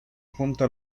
junto